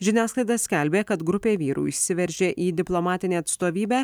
žiniasklaida skelbė kad grupė vyrų įsiveržė į diplomatinę atstovybę